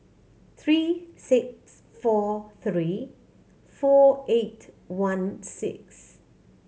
three six four three four eight one six